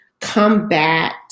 combat